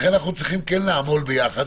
לכן אנחנו צריכים לעמול ביחד.